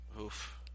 Oof